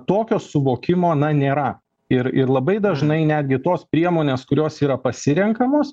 tokio suvokimo na nėra ir ir labai dažnai netgi tos priemonės kurios yra pasirenkamos